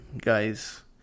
guys